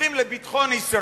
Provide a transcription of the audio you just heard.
מומחים לביטחון ישראל,